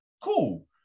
cool